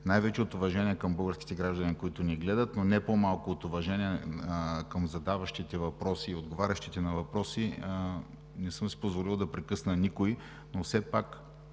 най-вече от уважение към българските граждани, които ни гледат, но не по-малко от уважение към задаващите и отговарящите на въпроси, не съм си позволил да прекъсна никого, но все пак